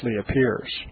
appears